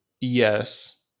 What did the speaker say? Yes